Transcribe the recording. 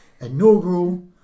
inaugural